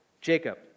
Jacob